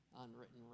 unwritten